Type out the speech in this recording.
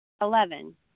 Eleven